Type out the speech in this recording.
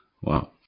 Wow